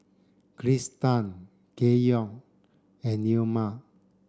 kristan Keyon and Neoma